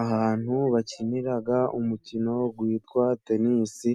Ahantu bakinira umukino witwa tenisi,